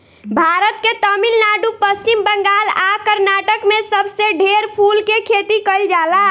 भारत के तमिलनाडु, पश्चिम बंगाल आ कर्नाटक में सबसे ढेर फूल के खेती कईल जाला